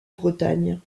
bretagne